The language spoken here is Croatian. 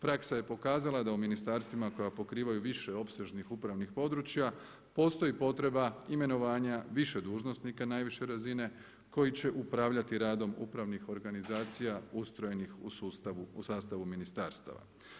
Praksa je pokazala da u ministarstvima koja pokrivaju više opsežnih upravnih područja postoji potreba imenovanja više dužnosnika najviše razine koji će upravljati radom upravnih organizacija ustrojenih u sastavu ministarstava.